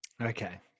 Okay